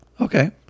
Okay